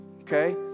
okay